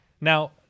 Now